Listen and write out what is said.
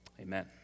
Amen